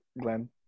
Glenn